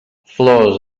flors